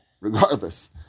regardless